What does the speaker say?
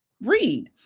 read